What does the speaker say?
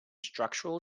structural